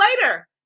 later